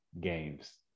games